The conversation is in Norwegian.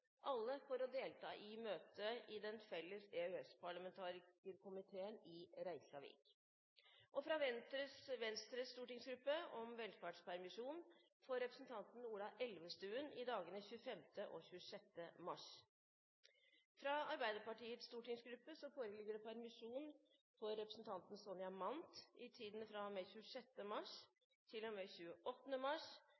alle for å delta i møte i Den felles EØS-parlamentarikerkomiteen i Reykjavik fra Venstres stortingsgruppe om velferdspermisjon for representanten Ola Elvestuen i dagene 25. og 26. mars fra Arbeiderpartiets stortingsgruppe om permisjon for representanten Sonja Mandt i tiden fra og med 26. mars